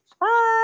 Bye